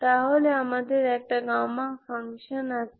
সুতরাং আমাদের একটি গামা ফাংশান আছে